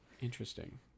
Interesting